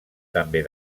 també